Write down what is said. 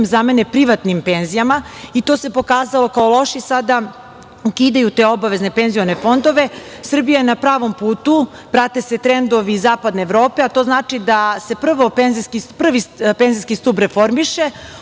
zamene privatnim penzijama i to se pokazalo kao loše, pa sada ukidaju te obavezne penzione fondove. Srbija je na pravom putu, prate se trendovi zapadne Evrope. To znači da se prvi penzijski stub reformiše,